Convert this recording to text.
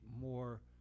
more